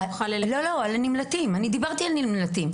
אני דברתי על הנמלטים.